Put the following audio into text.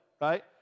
right